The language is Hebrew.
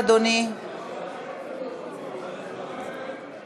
אני קובעת כי הצעת חוק הבנקאות (שירות ללקוח)